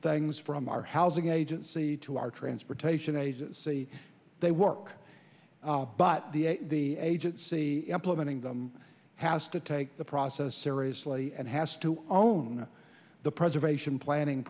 things from our housing agency to our transportation agency they work but the agency implementing them has to take the process seriously and has to own the preservation planning